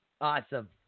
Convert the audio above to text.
Awesome